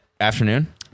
afternoon